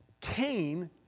Cain